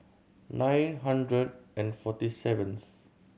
nine hundred and forty seventh